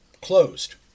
Closed